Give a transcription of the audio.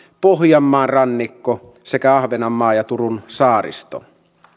pohjanmaan rannikko sekä ahvenanmaa ja turun saaristo